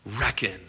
reckon